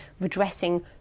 redressing